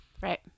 right